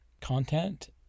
content